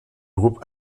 groupe